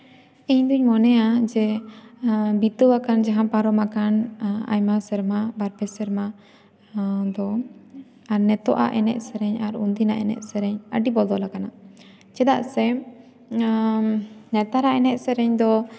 ᱤᱧ ᱫᱩᱧ ᱢᱚᱱᱮᱭᱟ ᱡᱮ ᱵᱤᱛᱟᱹᱣ ᱟᱠᱟᱱ ᱡᱟᱦᱟᱸ ᱯᱟᱨᱚᱢ ᱟᱠᱟᱱ ᱟᱭᱢᱟ ᱥᱮᱨᱢᱟ ᱵᱟᱨᱯᱮ ᱥᱮᱨᱢᱟ ᱫᱚ ᱟᱨ ᱱᱤᱛᱳᱜ ᱟᱜ ᱮᱱᱮᱡ ᱥᱮᱨᱮᱧ ᱟᱨ ᱩᱱᱫᱤᱱ ᱟᱜ ᱮᱱᱮᱡ ᱥᱮᱨᱮᱧ ᱟᱹᱰᱤ ᱵᱚᱫᱚᱞ ᱟᱠᱟᱱᱟ ᱪᱮᱫᱟᱜ ᱥᱮ ᱱᱮᱛᱟᱨᱟᱜ ᱮᱱᱮᱡ ᱥᱮᱨᱮᱧ ᱫᱚ